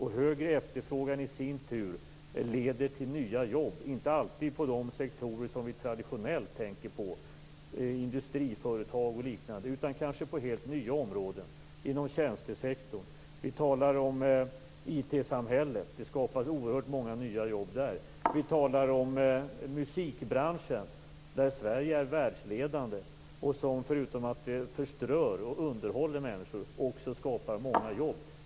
Högre efterfrågan leder i sin tur till nya jobb, inte alltid inom de sektorer som vi traditionellt tänker på, industriföretag och liknande, utan kanske på helt nya områden, inom tjänstesektorn. Vi talar om IT-samhället. Det skapas oerhört många nya jobb där. Vi talar om musikbranschen, där Sverige är världsledande och som förutom att den förströr och underhåller människor också skapar många jobb.